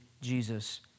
Jesus